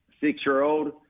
six-year-old